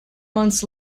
months